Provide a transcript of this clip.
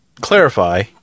clarify